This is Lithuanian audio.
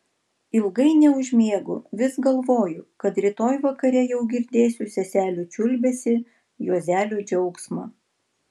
ilgai neužmiegu vis galvoju kad rytoj vakare jau girdėsiu seselių čiulbesį juozelio džiaugsmą